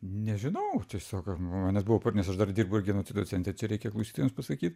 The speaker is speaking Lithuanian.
nežinau tiesiog manęs buvo nes aš dar dirbau ir genocido centre čia dar reikia klausytojams pasakyt